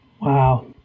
Wow